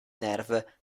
nerve